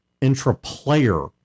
intra-player